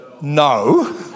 No